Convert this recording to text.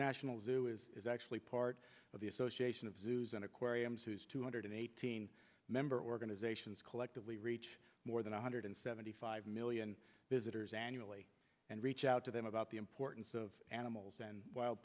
national zoo is actually part of the association of zoos and aquariums whose two hundred eighteen member organizations collectively reach more than one hundred seventy five million visitors annually and reach out to them about the importance of animals and wild